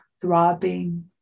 throbbing